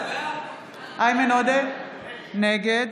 נגד